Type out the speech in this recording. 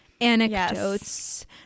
anecdotes